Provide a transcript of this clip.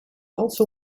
also